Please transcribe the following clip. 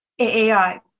AI